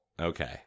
Okay